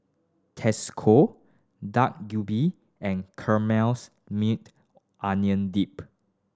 Tasco Dak Galbi and Onion Dip